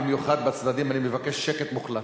במיוחד בצדדים אני מבקש שקט מוחלט.